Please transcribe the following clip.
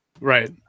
Right